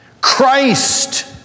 Christ